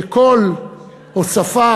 כשכל הוספה,